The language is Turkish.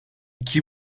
iki